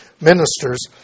ministers